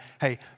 hey